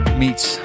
meets